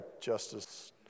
justice